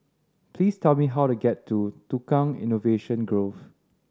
please tell me how to get to Tukang Innovation Grove